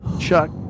Chuck